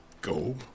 go